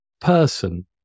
person